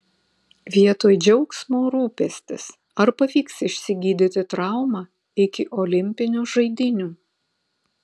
vietoj džiaugsmo rūpestis ar pavyks išsigydyti traumą iki olimpinių žaidynių